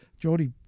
Jody